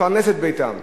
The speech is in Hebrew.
לפרנס את ביתם,